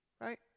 right